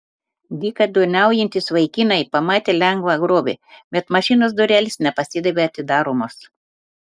dykaduoniaujantys vaikinai pamatė lengvą grobį bet mašinos durelės nepasidavė atidaromos